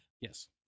Yes